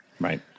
Right